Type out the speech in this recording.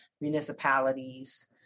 municipalities